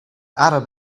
arab